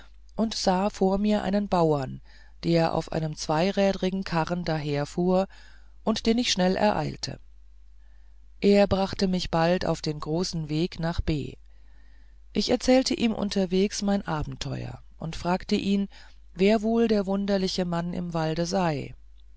und sah vor mir einen bauer der auf einem zweirädrigen karren daherfuhr und den ich schnell ereilte er brachte mich bald auf den großen weg nach b ich erzählte ihm unterweges mein abenteuer und fragte ihn wer wohl der wunderliche mann im walde sei